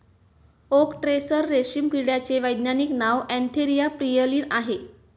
okay tasar रेशीम किड्याचे वैज्ञानिक नाव अँथेरिया प्रियलीन आहे